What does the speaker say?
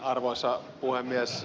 arvoisa puhemies